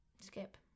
Skip